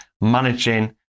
managing